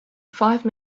five